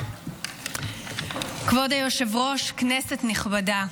כבוד היושב-ראש, כנסת נכבדה,